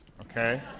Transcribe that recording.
Okay